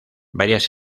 varias